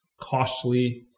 costly